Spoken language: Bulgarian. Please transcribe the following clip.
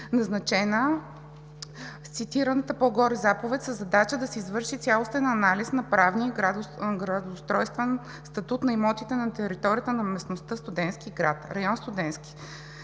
назначена с цитираната по-горе Заповед, със задача да се извърши цялостен анализ на правния и градоустройствен статут на имотите на територията на местността „Студентски